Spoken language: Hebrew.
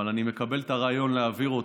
אבל אני מקבל את הרעיון להעביר אותה.